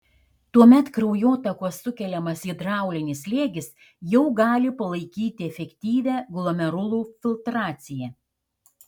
tuomet kraujotakos sukeliamas hidraulinis slėgis jau gali palaikyti efektyvią glomerulų filtraciją